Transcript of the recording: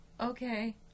okay